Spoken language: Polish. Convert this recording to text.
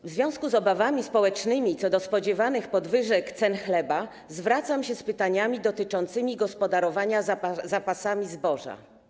W związku z obawami społecznymi co do spodziewanych podwyżek cen chleba zwracam się z pytaniami dotyczącymi gospodarowania zapasami zboża.